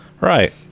Right